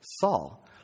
saul